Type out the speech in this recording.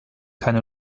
keine